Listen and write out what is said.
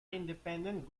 independent